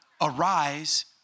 arise